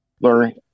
learning